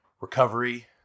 recovery